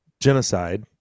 genocide